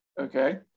Okay